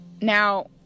Now